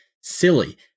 silly